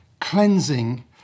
cleansing